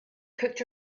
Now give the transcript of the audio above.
cooked